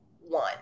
one